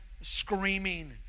Screaming